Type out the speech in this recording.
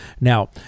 Now